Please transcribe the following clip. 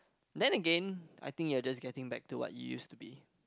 then Again I think you're just getting back to what you used to be